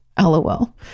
LOL